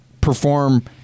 perform